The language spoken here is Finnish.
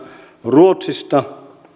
ruotsista